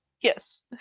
Yes